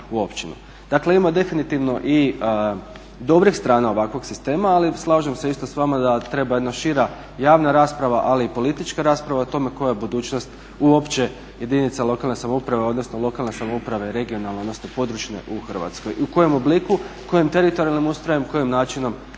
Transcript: u općinu. Dakle ima definitivno i dobrih strana ovakvog sistema. Ali slažem se isto s vama da treba jedna šira rasprava ali i politička rasprava o tome koja je budućnost uopće jedinica lokalne samouprave odnosno lokalne samouprave, regionalne, odnosno područne u Hrvatskoj i u kojem obliku, kojim teritorijalnim ustrojem, kojim načinom.